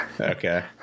Okay